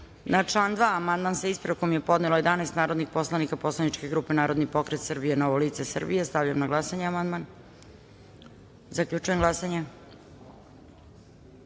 član 2. amandman sa ispravkom je podnelo 11 narodnih poslanika poslaničke grupe Narodni pokret Srbije - Novo lice Srbije. Stavljam na glasanje amandman. Zaključujem glasanje: